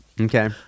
okay